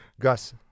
Gus